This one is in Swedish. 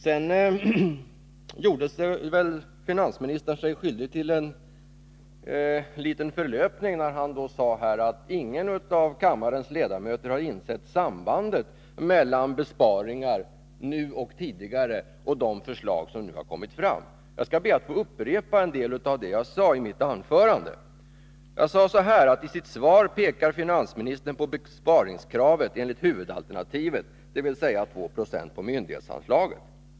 Vidare gjorde sig finansministern skyldig till en liten förlöpning när han sade att ingen av kammarens ledamöter har insett sambandet mellan dels besparingar nu och tidigare, dels de förslag som nu har lagts fram. Jag skall be att få upprepa en del av det som jag sade i mitt anförande. Jag framhöll där: ”I sitt svar pekar finansministern på besparingskravet enligt huvudalternativet, dvs. 2 20 på myndighetsanslaget.